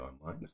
online